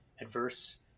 adverse